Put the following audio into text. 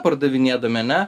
pardavinėdami ane